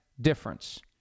difference